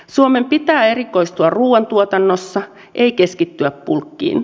suomen pitää erikoistua ruoantuotannossa ei keskittyä bulkkiin